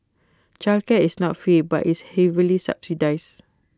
childcare is not free but is heavily subsidised